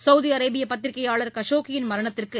Saudi Arabian பத்திரிகையாளர் கஷோகியின் மரணத்திற்கு